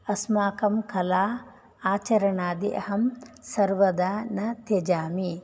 अस्माकं कला आचरणादि अहं सर्वदा न त्यजामि